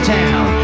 town